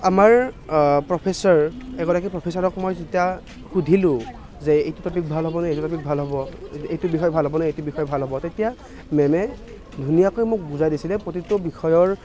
আমাৰ প্ৰফেছৰ এগৰাকী প্ৰফেছাৰক মই যেতিয়া সুধিলোঁ যে এইটো টপিক ভাল হ'বনে এইটো টপিক ভাল হ'ব এইটো বিষয় ভাল হ'বনে এইটো বিষয় ভাল হ'ব তেতিয়া মেমে ধুনীয়াকৈ মোক বুজাই দিছিলে প্ৰতিটো বিষয়ৰ